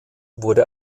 wurde